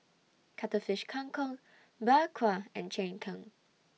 Cuttlefish Kang Kong Bak Kwa and Cheng Tng